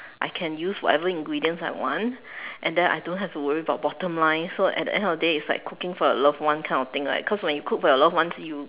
I can use whatever ingredients I want and then I don't have to worry about bottom line so at the end of the day it's like cooking for your loved one kind of thing like cause when you cook for your loved ones you